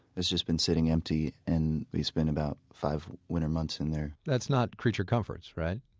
it's just been sitting empty and we spent about five winter months in there that's not creature comforts, right.